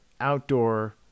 outdoor